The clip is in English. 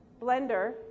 blender